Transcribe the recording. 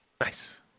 Nice